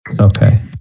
Okay